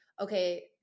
okay